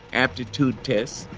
aptitude tests,